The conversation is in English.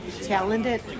talented